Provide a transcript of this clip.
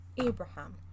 Abraham